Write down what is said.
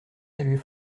saluer